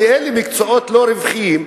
כי אלה מקצועות לא רווחיים.